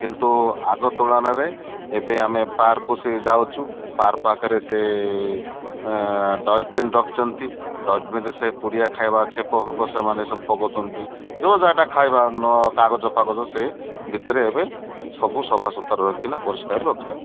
କିନ୍ତୁ ଆଗ ତୁଳନାରେ ଏବେ ଆମେ ପାର୍କ ସେ ଯାଉଛୁ ପାର୍କ ପାଖରେ ସେ ଡଷ୍ଟବିନ୍ ରଖିଛନ୍ତି ଡଷ୍ଟବିନ୍ରେ ସେ ପୁଡ଼ିଆ ଖାଇବା ଛେପ ଫେପ ସେମାନେ ସବୁ ପକାଉଛନ୍ତି ଯେଉଁ ଯାଟା ଖାଇବା ନ କାଗଜ ଫାଗଜ ସେ ଭିତରେ ଏବେ ସବୁ ସଫାସୁତୁରା ରଖିନା ପରିଷ୍କାର ରଖିଛନ୍ତି